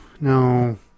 no